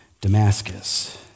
Damascus